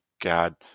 god